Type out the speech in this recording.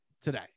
today